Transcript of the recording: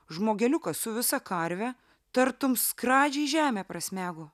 žmogeliukas su visa karve tartum skradžiai žemę prasmego